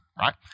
right